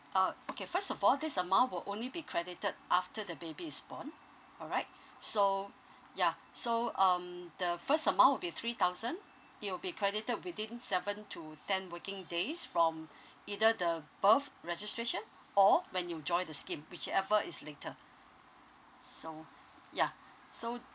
uh okay first of all this amount will only be credited after the baby is born all right so yeah so um the first amount will be three thousand it will be credited within seven to ten working days from either the birth registration or when you join the scheme whichever is later so yeah so